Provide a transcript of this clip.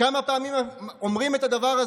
כמה פעמים אומרים את הדבר הזה?